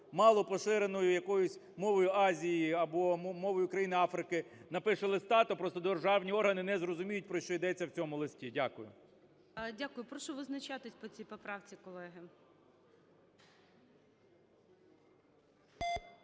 мало поширеною якось мовою Азії або мовою країни Африки напише листа, то просто державні органи не зрозуміють, про що йдеться в цьому листі. Дякую. ГОЛОВУЮЧИЙ. Дякую. Прошу визначатись по цій поправці, колеги.